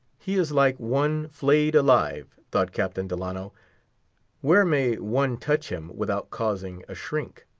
he is like one flayed alive, thought captain delano where may one touch him without causing a shrink?